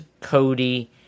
Cody